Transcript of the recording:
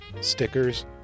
stickers